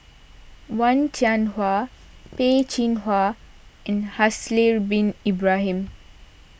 Wen Jinhua Peh Chin Hua and Haslir Bin Ibrahim